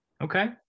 okay